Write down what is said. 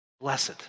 blessed